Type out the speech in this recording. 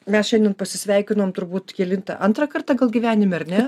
mes šiandien pasisveikinom turbūt kelintą antrą kartą gyvenime ar ne